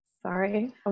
Sorry